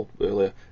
earlier